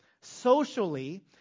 Socially